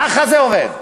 ככה זה עובד.